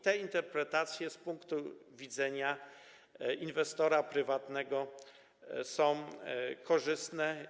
Te interpretacje z punktu widzenia inwestora prywatnego są korzystne.